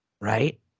Right